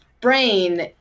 brain